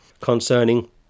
concerning